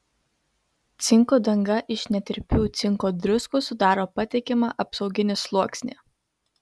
cinko danga iš netirpių cinko druskų sudaro patikimą apsauginį sluoksnį